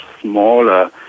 smaller